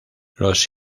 los